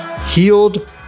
healed